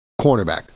cornerback